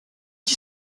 dit